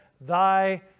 thy